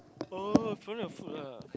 oh you finding the food ah